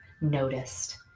noticed